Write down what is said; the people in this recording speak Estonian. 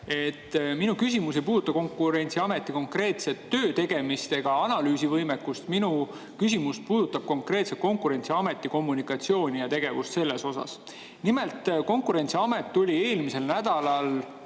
Minu küsimus ei puuduta Konkurentsiameti töötegemist ega analüüsivõimekust. Minu küsimus puudutab konkreetselt Konkurentsiameti kommunikatsiooni ja tegevust selles osas. Nimelt, Konkurentsiamet tuli eelmisel nädalal